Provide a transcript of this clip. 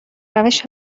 روش